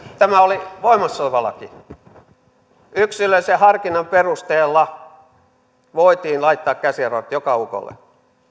tämä oli voimassa oleva laki yksilöllisen harkinnan perusteella voitiin laittaa käsiraudat joka ukolle